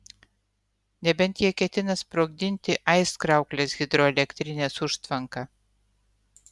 nebent jie ketina sprogdinti aizkrauklės hidroelektrinės užtvanką